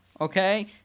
okay